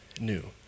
new